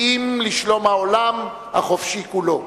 כי אם לשלום העולם החופשי כולו.